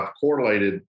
correlated